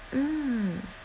mm